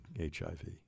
HIV